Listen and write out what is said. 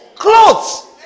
Clothes